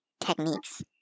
techniques